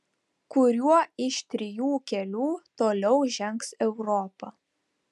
kuriuo iš trijų kelių toliau žengs europa